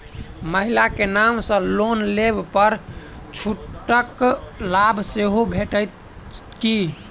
महिला केँ नाम सँ लोन लेबऽ पर छुटक लाभ सेहो भेटत की?